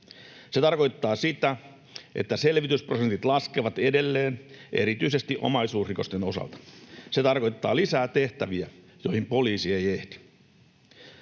Se tarkoittaa sitä, että selvitysprosentit laskevat edelleen, erityisesti omaisuusrikosten osalta. Se tarkoittaa lisää tehtäviä, joihin poliisi ei ehdi.